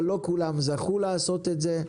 אבל לא כולם זכו לעשות את זה,